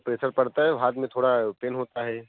pressure पड़ता है हाथ में थोड़ा पेन होता है